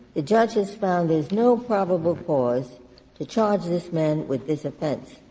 the judge has found there is no probable cause to charge this man with this offense.